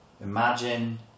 Imagine